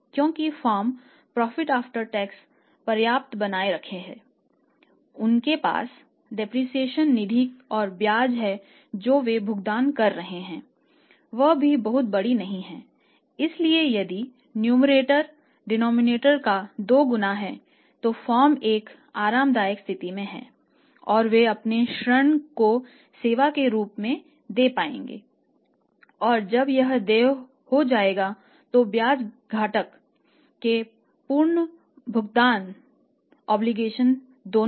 क्योंकि firm profit after tax दोनों